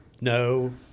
No